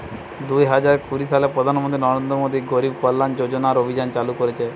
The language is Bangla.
দুই হাজার কুড়ি সালে প্রধান মন্ত্রী নরেন্দ্র মোদী গরিব কল্যাণ রোজগার অভিযান চালু করিছে